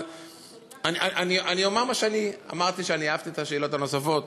אבל אני אומר מה שאמרתי, אהבתי את השאלות הנוספות.